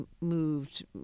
moved